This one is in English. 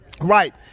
Right